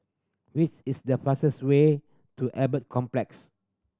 which is the fastest way to Albert Complex